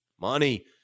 money